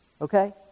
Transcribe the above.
okay